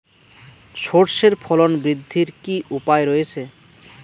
সর্ষের ফলন বৃদ্ধির কি উপায় রয়েছে?